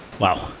Wow